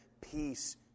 peace